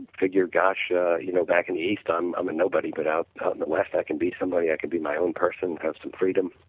figure gosh but you know back in the east i'm i'm an nobody, but out out in the west i can be somebody, i could be my own person, i have some freedom.